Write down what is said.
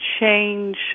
change